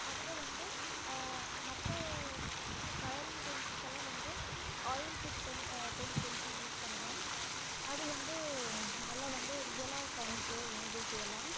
அப்புறம் வந்து மற்ற கலரிங் பெயிண்ட்ஸ்க்கெல்லாம் வந்து ஆயில் பிட் பெயிண்ட் பெயிண்ட் பென்சில் யூஸ் பண்ணுவேன் அதுவந்து நல்லா வந்து ரியலாக காமிக்கும் இமேஜஸ் எல்லாம்